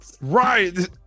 Right